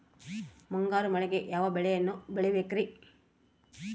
ಮುಂಗಾರು ಮಳೆಗೆ ಯಾವ ಬೆಳೆಯನ್ನು ಬೆಳಿಬೇಕ್ರಿ?